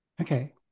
okay